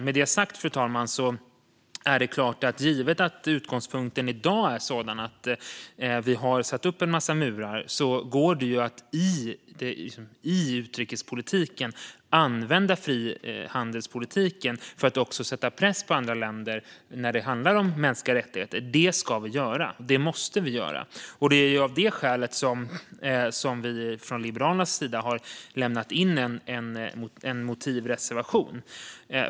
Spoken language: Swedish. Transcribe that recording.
Med detta sagt är det klart - givet att utgångspunkten i dag är att vi har satt upp en massa murar - att det i utrikespolitiken går att använda frihandelspolitiken för att sätta press på andra länder när det handlar om mänskliga rättigheter. Det ska vi göra. Det måste vi göra. Det är av det skälet som vi från Liberalernas sida har lämnat in en motivreservation.